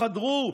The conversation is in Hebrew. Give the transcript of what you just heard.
חדרו?